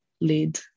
lead